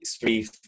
three